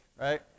right